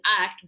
act